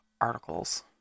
articles